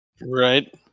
Right